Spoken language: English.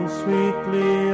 sweetly